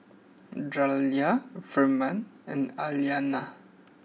Jaliyah Firman and Aliana